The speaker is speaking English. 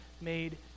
made